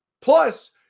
Plus